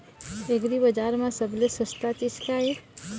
एग्रीबजार म सबले सस्ता चीज का ये?